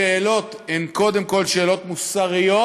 השאלות הן קודם כול שאלות מוסריות,